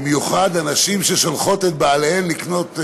במיוחד לנשים ששולחות את בעליהן לקנות,